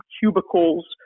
cubicles